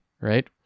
right